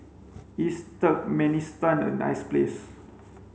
is Turkmenistan a nice place